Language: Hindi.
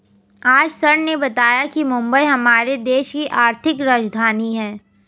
आज सर ने बताया कि मुंबई हमारे देश की आर्थिक राजधानी है